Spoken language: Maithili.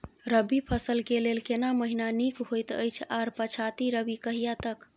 रबी फसल के लेल केना महीना नीक होयत अछि आर पछाति रबी कहिया तक?